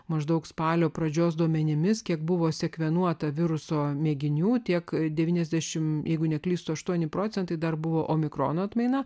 maždaug spalio pradžios duomenimis kiek buvo sekvenuota viruso mėginių tiek devyniasdešim jeigu neklystu aštuoni procentai dar buvo mikrono atmaina